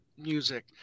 Music